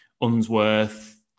Unsworth